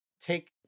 take